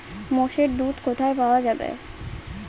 মোষের দুধ কোথায় পাওয়া যাবে?